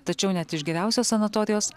tačiau net iš geriausios sanatorijos